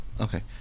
Okay